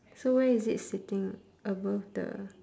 so where is it sitting above the